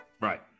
Right